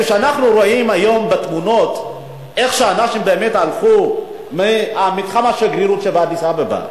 כשאנחנו רואים היום בתמונות איך אנשים הלכו ממתחם השגרירות באדיס-אבבה